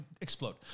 explode